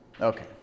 Okay